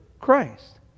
Christ